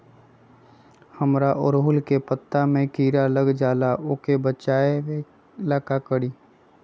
हमरा ओरहुल के पत्ता में किरा लग जाला वो से बचाबे ला का करी?